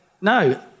no